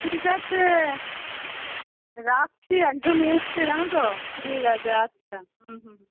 ঠিক আছে রাখছি একজন এসছে জানো তো ঠিক আছে আচ্ছা হুম হুম হুম